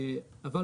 אבל,